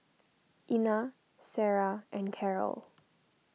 Ina Sara and Carol